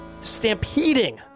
Stampeding